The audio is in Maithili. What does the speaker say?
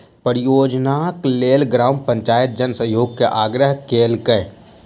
परियोजनाक लेल ग्राम पंचायत जन सहयोग के आग्रह केलकै